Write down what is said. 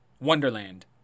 Wonderland